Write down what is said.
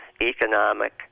economic